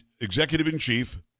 executive-in-chief